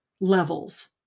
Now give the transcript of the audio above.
levels